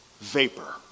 vapor